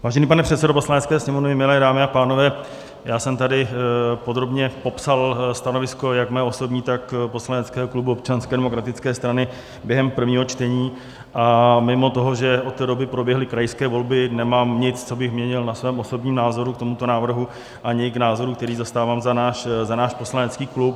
Vážený pane předsedo Poslanecké sněmovny, milé dámy a pánové, já jsem tady podrobně popsal stanovisko jak své osobní, tak poslaneckého klubu Občanské demokratické strany během prvního čtení a kromě toho, že od té doby proběhly krajské volby, nemám nic, co bych měnil na svém osobním názoru k tomuto návrhu ani k názoru, který zastávám za náš poslanecký klub.